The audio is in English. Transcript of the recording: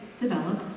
develop